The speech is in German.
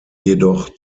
jedoch